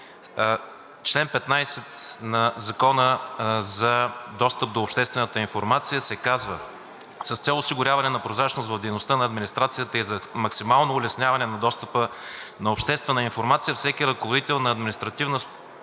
член 15 на Закона за достъп до обществената информация се казва: „С цел осигуряване на прозрачност в дейността на администрацията и за максимално улесняване на достъпа до обществена информация всеки ръководител на административна структура